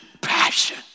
passion